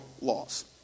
laws